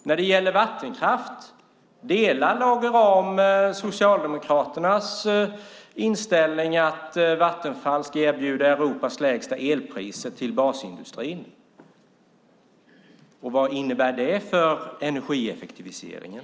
När det gäller vattenkraft, delar Lage Rahm Socialdemokraternas inställning att Vattenfall ska erbjuda Europas lägsta elpriser till basindustrin? Och vad innebär det för energieffektiviseringen?